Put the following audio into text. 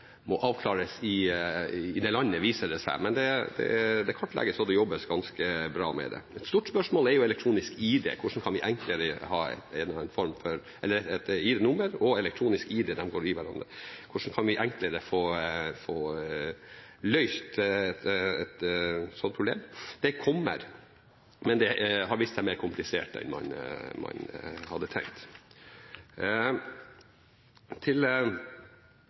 må avklares i det landet, viser det seg. Men det kartlegges og jobbes ganske bra med det. Et stort spørsmål er elektronisk ID. Hvordan kan vi enklere ha et ID-nummer og elektronisk ID – de går i hverandre? Hvordan kan vi enklere få løst et slikt problem? Det kommer, men det har vist seg mer komplisert enn man hadde tenkt. Til